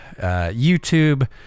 YouTube